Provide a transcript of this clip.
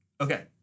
Okay